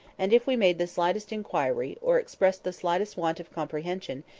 and if we made the slightest inquiry, or expressed the slightest want of comprehension,